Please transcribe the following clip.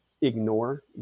ignore